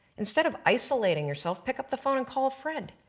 instead of isolating yourself pick up the phone and call a friend,